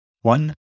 one